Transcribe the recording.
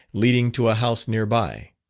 leading to a house near by.